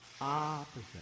Opposite